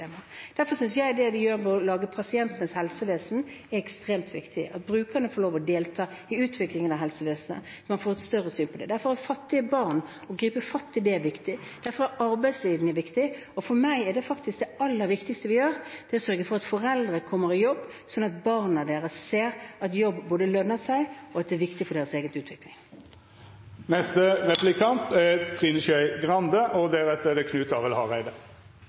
Derfor synes jeg det vi gjør med å lage pasientenes helsevesen er ekstremt viktig, at brukerne får lov å delta i utviklingen av helsevesenet. Man får et større syn på det. Derfor er det å gripe fatt i fattige barn viktig. Derfor er arbeidssiden viktig. For meg er faktisk det aller viktigste vi gjør, å sørge for at foreldre kommer i jobb, sånn at barna deres ser at jobb lønner seg, og at det er viktig for deres egen utvikling.